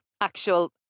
actual